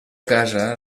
casa